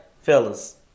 fellas